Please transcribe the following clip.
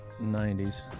90s